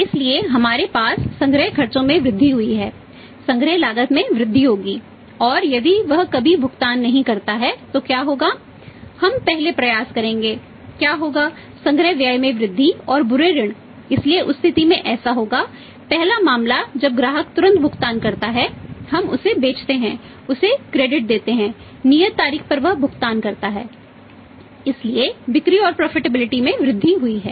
इसलिए हमारे पास संग्रह खर्चों में वृद्धि हुई है संग्रह लागत में वृद्धि होगी और यदि वह कभी भुगतान नहीं करता है तो क्या होगा हम पहले प्रयास करेंगे क्या होगा संग्रह व्यय में वृद्धि और बुरे ऋण इसलिए उस स्थिति में ऐसा होगा पहला मामला जब ग्राहक तुरंत भुगतान करता है हम उसे बेचते हैं उसे क्रेडिट में वृद्धि हुई है